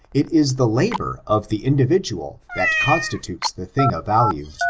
it is the labor of the individual that constitutes the thing of value.